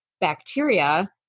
bacteria